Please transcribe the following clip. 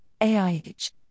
AIH